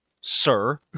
sir